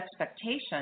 expectations